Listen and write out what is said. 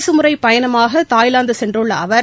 அரசுமுறைப் பயணமாகதாய்லாந்துசென்றுள்ளஅவர்